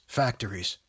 factories